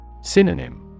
Synonym